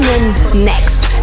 next